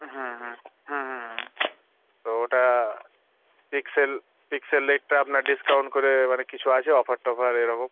হুম হ হ হ হ তো ওটা পিক্সেল পপিক্সেললেকটা আপনার ডিসকাউন্ট করে মানে কিছু আছে অফার টফার এরকম